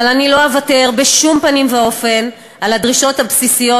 אבל אני לא אוותר בשום פנים ואופן על הדרישות הבסיסיות